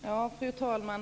Fru talman!